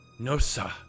Nosa